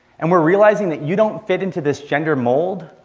and where realizing that you don't fit into this gender mold,